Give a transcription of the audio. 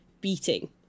beating